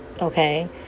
Okay